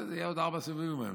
יהיו עוד ארבעה סיבובים היום.